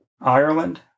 Ireland